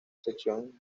sección